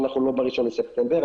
שאנחנו לא ב-1 לספטמבר.